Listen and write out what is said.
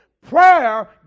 Prayer